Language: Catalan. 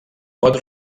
pot